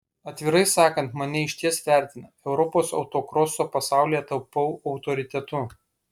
atvirai sakant mane išties vertina europos autokroso pasaulyje tapau autoritetu